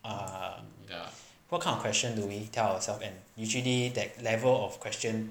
uh what kind of question do we tell ourself and usually that level of question